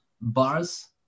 bars